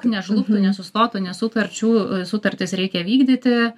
nežlugtų nesustotų nes sutarčių sutartis reikia vykdyti